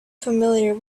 familiar